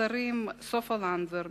השרים סופה לנדבר,